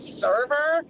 server